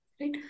right